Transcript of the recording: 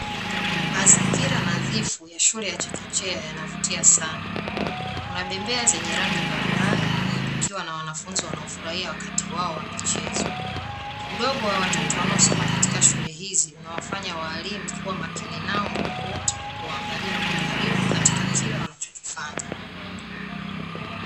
Mazingira nadhifu ya shule ya chekechea yanavutia sana. Kuna bembea zenye rangi mbalimbali, huku kukiwa na wanafunzi wanaofurahia wakati wao wa michezo. Udogo wa watoto wanaosoma katika shule hizi, unawafanya walimu kuwa makini nao muda wote na kuwaangalia kwa karibu katika kila wanachokifanya.